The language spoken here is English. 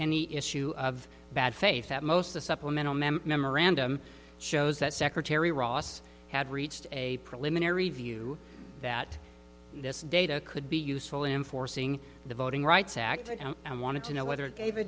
any issue of bad faith that most of the supplemental memorandum shows that secretary ross had reached a preliminary view that this data could be useful in forcing the voting rights act and wanted to know whether it gave a